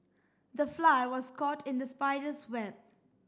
the fly was caught in the spider's web